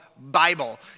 Bible